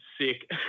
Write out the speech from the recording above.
Sick